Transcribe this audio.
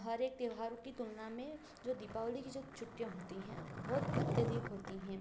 हर एक त्योहारों कि तुलना में जो दीपावली कि जो छुट्टियाँ होती हैं बहुत अत्यधिक होती हैं